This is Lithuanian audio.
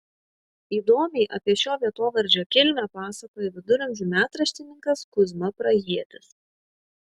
įdomiai apie šio vietovardžio kilmę pasakoja viduramžių metraštininkas kuzma prahietis